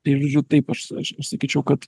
tai žodžiu taip aš aš sakyčiau kad